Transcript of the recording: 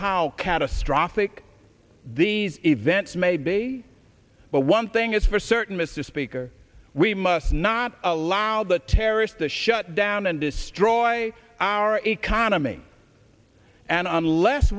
how catastrophic these events may be but one thing is for certain mr speaker we must not allow the terrorists to shut down and destroy our economy and unless